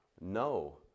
No